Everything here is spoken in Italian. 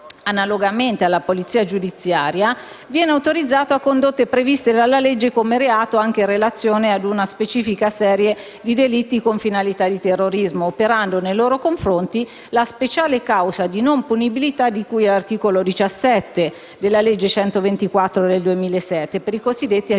analogamente alla polizia giudiziaria, viene autorizzato a condotte previste dalla legge come reato anche in relazione ad una specifica serie di delitti con finalità di terrorismo, operando nei loro confronti la speciale causa di non punibilità di cui all'articolo 17 della legge n. 124 del 2007 per i cosiddetti agenti